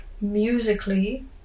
musically